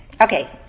Okay